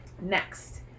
Next